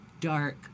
dark